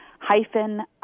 Hyphen